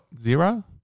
zero